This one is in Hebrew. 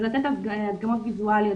לתת הדגמות ויזואליות,